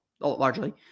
largely